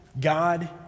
God